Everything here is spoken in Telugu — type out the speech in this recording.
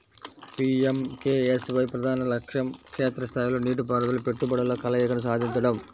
పి.ఎం.కె.ఎస్.వై ప్రధాన లక్ష్యం క్షేత్ర స్థాయిలో నీటిపారుదలలో పెట్టుబడుల కలయికను సాధించడం